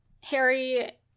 Harry